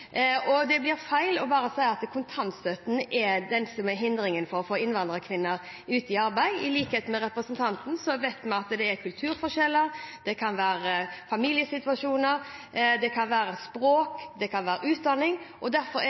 hindringen for å få innvandrerkvinner ut i arbeid. I likhet med representanten vet vi at det er kulturforskjeller, det kan være familiesituasjoner, det kan være språk, det kan være utdanning. Derfor er det viktig å satse på både språkopplæring og